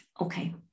Okay